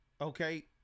Okay